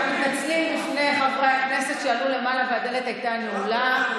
אנחנו מתנצלים בפני חברי הכנסת שעלו למעלה והדלת הייתה נעולה,